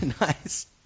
Nice